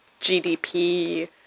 GDP